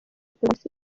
polisi